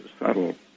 subtle